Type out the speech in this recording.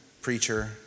preacher